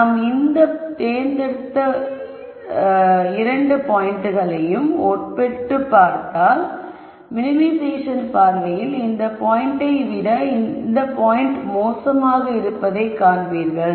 நாம் தேர்ந்தெடுத்த இந்த இரண்டு பாயிண்ட்களையும் ஒப்பிட்டு பார்த்தால் மினிமைசேஷன் பார்வையில் இந்த பாயிண்டை விட இந்த பாயிண்ட் மோசமாக இருப்பதை காண்பீர்கள்